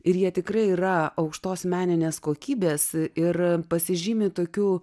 ir jie tikrai yra aukštos meninės kokybės ir pasižymi tokiu